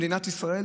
מדינת ישראל,